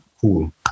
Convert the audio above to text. Cool